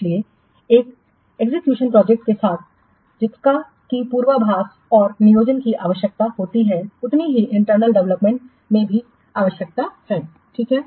इसलिए एक acquisition project के साथ जितना ही पूर्वाभास और नियोजन की आवश्यकता होती है उतनी ही इंटरनल डेवलपमेंट में भी आवश्यक है ठीक है